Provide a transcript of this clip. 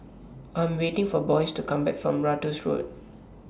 I Am waiting For Boyce to Come Back from Ratus Road